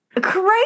crazy